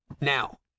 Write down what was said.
Now